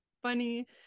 funny